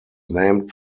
named